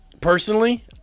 personally